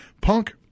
Punk